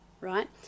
right